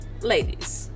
Ladies